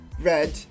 red